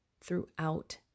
throughout